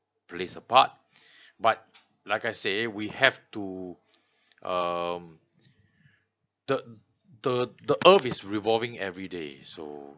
plays a part but like I say we have to um the the the earth is revolving every day so